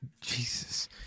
Jesus